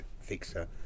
fixer